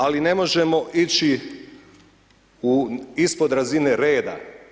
Ali ne možemo ići ispod razine reda.